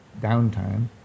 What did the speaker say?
downtime